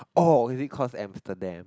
orh is it cause amsterdam